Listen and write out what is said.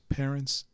parents